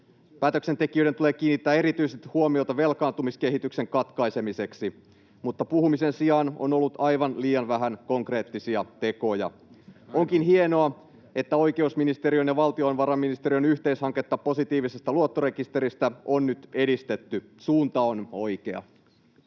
Päätöksentekijöiden tulee kiinnittää erityisesti huomiota velkaantumiskehityksen katkaisemiseen, mutta puhumisen sijaan on ollut aivan liian vähän konkreettisia tekoja. Onkin hienoa, että oikeusministeriön ja valtiovarainministeriön yhteishanketta positiivisesta luottorekisteristä on nyt edistetty. Suunta on oikea.